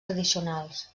tradicionals